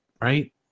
right